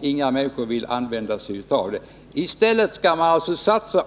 inga människor vill använda och som därför snart kommer att läggas ned.